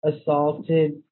assaulted